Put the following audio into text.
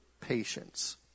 patience